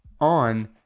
on